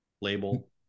label